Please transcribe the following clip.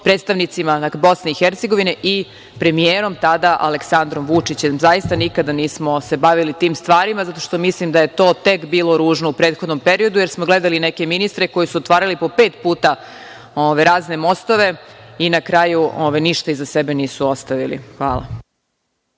predstavnicima BiH i premijerom, tada, Aleksandrom Vučićem. Zaista, nikada nismo se bavili tim stvarima zato što mislim da je to tek bilo ružno u prethodnom periodu, jer smo gledali neke ministre koji su otvarali po pet pute razne mostove i na kraju ništa iza sebe nisu ostavili. Hvala.